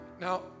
Now